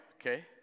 okay